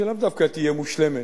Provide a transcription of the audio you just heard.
שלאו דווקא תהיה מושלמת,